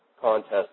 contest